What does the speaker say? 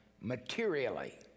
materially